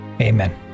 Amen